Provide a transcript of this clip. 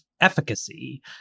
efficacy